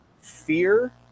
fear